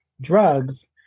drugs